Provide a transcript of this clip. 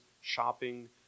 shopping